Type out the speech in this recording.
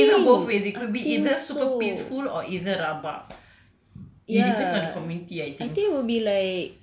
it could be looked both ways it could be either super peaceful or either rabak it depends on the community I think